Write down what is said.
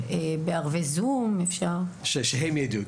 שהם ידעו.